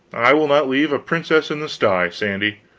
i will not leave a princess in the sty, sandy.